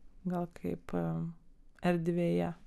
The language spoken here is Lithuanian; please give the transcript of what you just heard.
gal kaip erdvėje